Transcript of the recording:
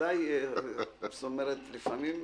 לפעמים --- לפעמים,